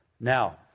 Now